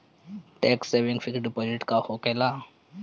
Tax saving fix deposit का होखे ला?